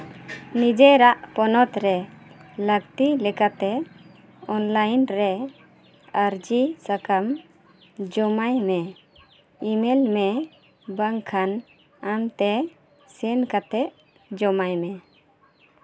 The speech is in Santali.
ᱱᱤᱡᱮᱨᱟᱜ ᱯᱚᱱᱚᱛ ᱨᱮ ᱞᱟᱹᱠᱛᱤ ᱞᱮᱠᱟᱛᱮ ᱚᱱᱞᱟᱭᱤᱱ ᱨᱮ ᱟᱹᱨᱥᱤ ᱥᱟᱠᱟᱢ ᱡᱚᱢᱟᱭ ᱢᱮ ᱤᱼᱢᱮᱞ ᱢᱮ ᱵᱟᱝᱠᱷᱟᱱ ᱟᱢᱛᱮ ᱥᱮᱱ ᱠᱟᱛᱮᱫ ᱡᱚᱢᱟᱭ ᱢᱮ